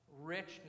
richness